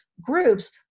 groups